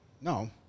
No